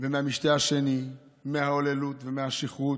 מהמשתה השני, מההוללות ומהשכרות,